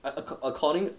at the ac~ according